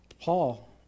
Paul